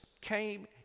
came